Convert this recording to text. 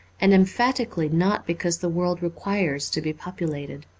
and emphatically not because the world requires to be populated.